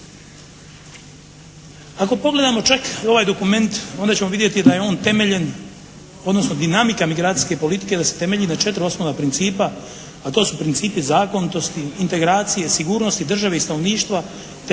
Ako pogledamo čak ovaj dokument onda ćemo vidjeti da je on temeljen, odnosno dinamika migracijske politike da se temelji na četiri osnovna principa, a to su principi zakon, to su integracije, sigurnosti države i stanovništva te